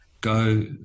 go